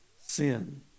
sin